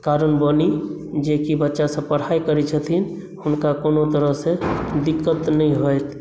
कारण बनी जेकि बच्चा सब पढाइ करै छथिन हुनका कोनो तरह से दिक्कत नहि होनि